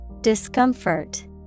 Discomfort